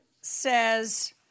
says